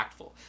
impactful